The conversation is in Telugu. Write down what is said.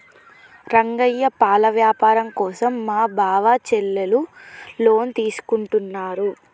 రంగయ్య పాల వ్యాపారం కోసం మా బావ చెల్లెలు లోన్ తీసుకుంటున్నారు